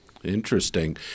Interesting